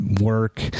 work